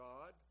God